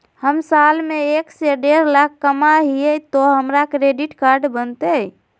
हम साल में एक से देढ लाख कमा हिये तो हमरा क्रेडिट कार्ड बनते?